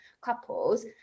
couples